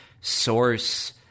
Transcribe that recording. source